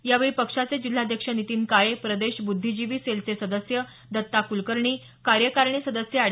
यावेळी पक्षाचे जिल्हाध्यक्ष नितीन काळे प्रदेश ब्ध्दीजिवी सेलचे सदस्य दत्ता कुलकर्णी कार्यकारणी सदस्य अॅड